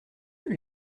lui